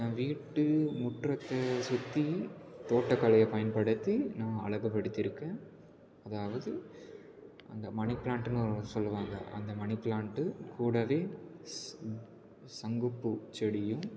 நான் வீட்டு முற்றத்தை சுற்றி தோட்டக்கலையை பயன்படுத்தி நான் அழகு படுத்தியிருக்கேன் அதாவது மணி பிளான்ட்டுனு சொல்லுவாங்க அந்த மணி பிளான்ட் கூடவே சங்குப்பூ செடியும்